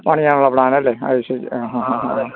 പണിയാനുള്ള പ്ലാനല്ലേ അത് ശരി ആ ആ